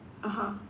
(uh huh)